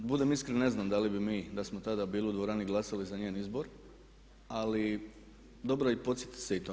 Da budem iskren ne znam da li bi mi da smo tada bili u dvorani glasali za njen izbor, ali dobro je podsjetiti se i toga.